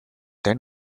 then